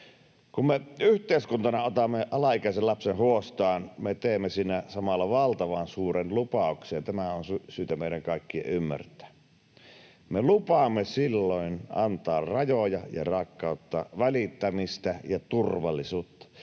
Kun me yhteiskuntana otamme alaikäisen lapsen huostaan, me teemme siinä samalla valtavan suuren lupauksen, ja tämä on syytä meidän kaikkien ymmärtää. Me lupaamme silloin antaa rajoja ja rakkautta, välittämistä ja turvallisuutta,